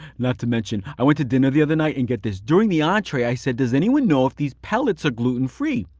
not to mention, i went to dinner the other night, and get this, during the entree, i said, does anyone know if these pellets are gluten free?